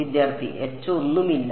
വിദ്യാർത്ഥി H ഒന്നുമില്ല